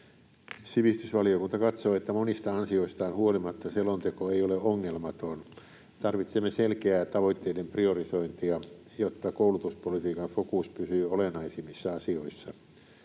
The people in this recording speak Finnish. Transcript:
Sivistysvaliokunta katsoo, että monista ansioistaan huolimatta selonteko ei ole ongelmaton. Tarvitsemme selkeää tavoitteiden priorisointia, jotta koulutuspolitiikan fokus pysyy olennaisimmissa asioissa.